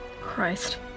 Christ